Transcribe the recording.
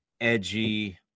edgy